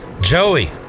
Joey